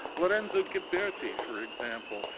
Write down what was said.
lorenzo ghiberti, for example,